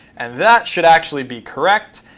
and that should actually be correct.